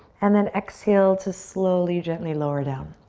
and then exhale to slowly, gently lower down.